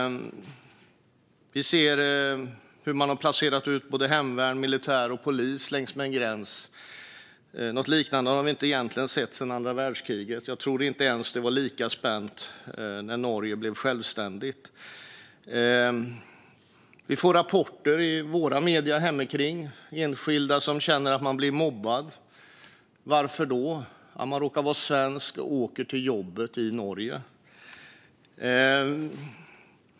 Vi ser hur man har placerat ut hemvärn, militär och polis längs med en gräns. Något liknande har vi egentligen inte sett sedan andra världskriget. Jag tror inte ens att det var lika spänt när Norge blev självständigt. Vi får rapporter i våra medier hemikring. Det är enskilda som känner att de blir mobbade. Varför då? De råkar vara svenskar och åker till jobbet i Norge.